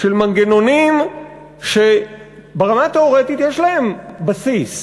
של מנגנונים שברמה התיאורטית יש להם בסיס,